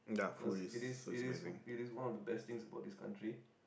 cause it is it is it is one of the best thing about this country